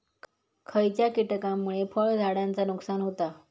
खयच्या किटकांमुळे फळझाडांचा नुकसान होता?